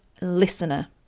listener